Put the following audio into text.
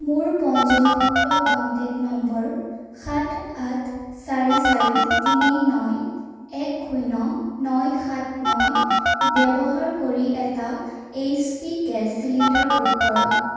মোৰ পঞ্জীয়নভুক্ত contact number সাত আঠ চাৰি চাৰি তিনি ন এক শূন্য ন সাত ন ব্যৱহাৰ কৰি এটা H P gas cylinder book কৰক